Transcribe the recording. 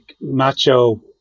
macho